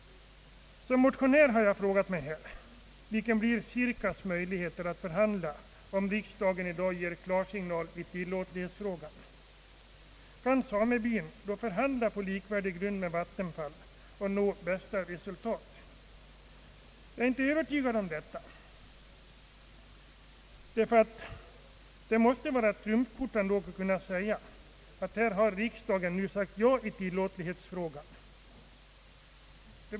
Som motionär har jag frågat mig: Vilka blir Sirkas” möjligheter att förhandla, om riksdagen i dag ger klarsignal i tillåtlighetsfrågan? Kan samebyn förhandla på likvärdig grund med vattenfallsstyrelsen och nå bästa möjliga resultat? Jag är inte övertygad om den saken. Det måste vara ett trumfkort att kunna säga, att riksdagen har sagt ja i tillåtlighetsfrågan.